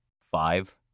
five